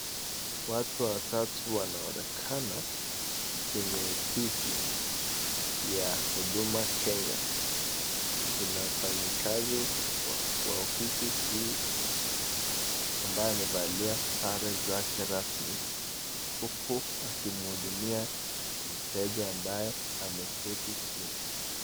Watu watatu wanaonekana kwenye ofisi ya Huduma Kenya. Kuna wafanyakazi wa ofisi hii ambaye amevalia sare zake rasmi huku akimuhudumia mteja ambaye ameketi chini.